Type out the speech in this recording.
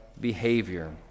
behavior